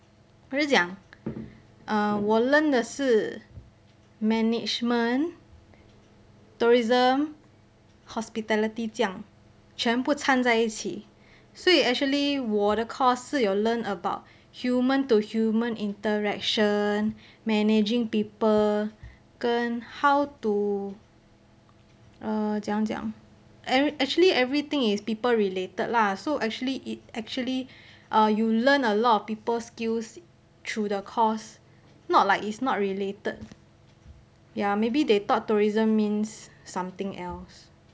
他就讲我 learn 的是 management tourism hospitality 这样全部参在一起所以 actually 我的 course 是有 learn about human to human interaction managing people 跟 how to err 怎样讲 actually everything is people related lah so actually actually you learn a lot of people skills through the course not like it's not related ya maybe they thought tourism is something else ya